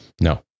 No